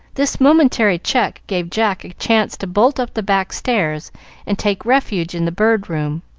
this momentary check gave jack a chance to bolt up the back stairs and take refuge in the bird room,